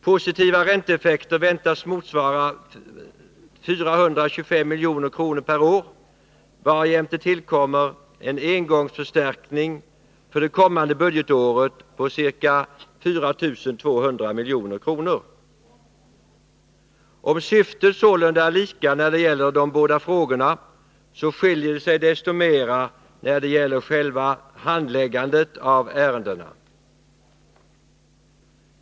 Positiva ränteeffekter väntas motsvara 425 milj.kr. per år varjämte tillkommer en engångsförstärkning för det kommande budgetåret på ca 4 200 milj.kr. Om syftet sålunda är detsamma när det gäller de båda frågorna, så skiljer det sig desto mer när det gäller själva handläggandet av ärendena.